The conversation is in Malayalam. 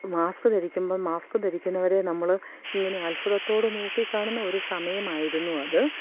മാസ്ക്ക് ധരിക്കുമ്പോള് മാസ്ക്ക് ധരിക്കുന്നവരെ നമ്മള് ഇങ്ങനെ അദ്ഭുതത്തോടെ നോക്കിക്കാണുന്ന ഒരു സമയമായിരുന്നു അത്